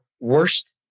worst